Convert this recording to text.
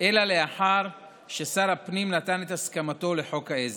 אלא לאחר ששר הפנים נתן את הסכמתו לחוק העזר.